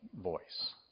voice